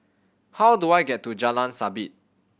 how do I get to Jalan Sabit